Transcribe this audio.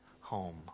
home